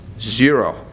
zero